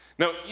Now